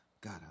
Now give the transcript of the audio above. God